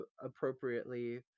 appropriately